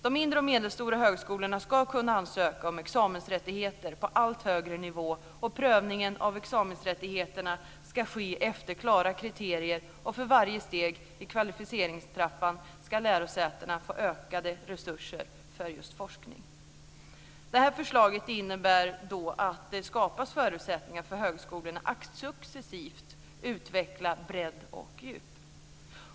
De mindre och medelstora högskolorna ska kunna ansöka om examensrättigheter på allt högre nivå, och prövningen av examensrättigheterna ska ske efter klara kriterier, och för varje steg i kvalificeringstrappan ska lärosätena få ökade resurser för just forskning. Detta förslag innebär att det skapas förutsättningar för högskolorna att successivt utveckla bredd och djup.